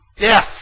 Death